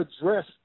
address